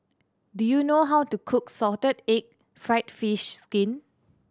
do you know how to cook salted egg fried fish skin